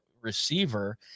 receiver